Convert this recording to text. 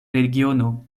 regiono